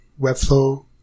webflow